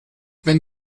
wenn